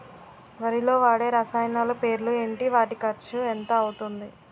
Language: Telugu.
వరిలో వాడే రసాయనాలు పేర్లు ఏంటి? వాటి ఖర్చు ఎంత అవతుంది?